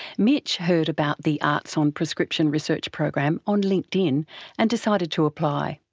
mitch heard about the arts on prescription research program on linkedin and decided to apply.